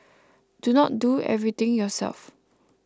do not do everything yourself